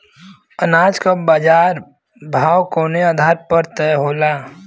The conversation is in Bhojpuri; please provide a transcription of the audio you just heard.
अनाज क बाजार भाव कवने आधार पर तय होला?